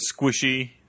squishy